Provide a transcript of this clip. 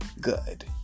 good